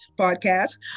podcast